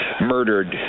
murdered